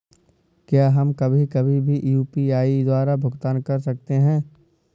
क्या हम कभी कभी भी यू.पी.आई द्वारा भुगतान कर सकते हैं?